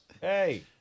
Hey